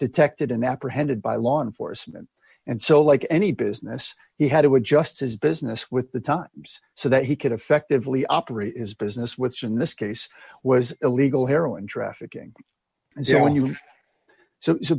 detected in apprehended by law enforcement and so like any business he had to adjust his business with the times so that he could effectively operate is business with in this case was illegal heroin trafficking and so when you so